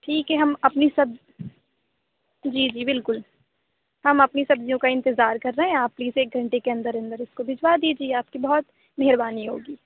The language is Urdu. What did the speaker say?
ٹھیک ہے ہم اپنی سب جی جی بالکل ہم اپنی سبزیوں کا انتظار کر رہے ہیں آپ پلیز ایک گھنٹے کے اندر اندر اِس کو بھجوا دیجیے آپ کی بہت مہربانی ہوگی